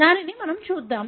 దానిని మనము చూద్దాం